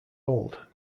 old